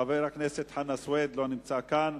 חבר הכנסת חנא סוייד, לא נמצא כאן.